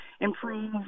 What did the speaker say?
improve